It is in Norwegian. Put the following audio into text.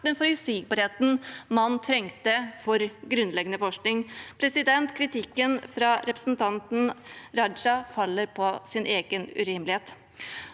den forutsigbarheten man trengte for grunnleggende forskning. Kritikken fra representanten Raja faller på sin egen urimelighet.